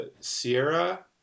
Sierra